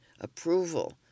approval